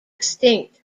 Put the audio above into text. extinct